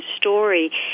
story